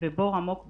ובור עמוק בכיס,